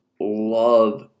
Love